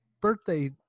birthday